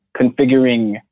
configuring